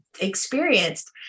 experienced